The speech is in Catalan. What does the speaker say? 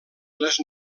les